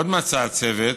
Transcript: עוד מצא הצוות,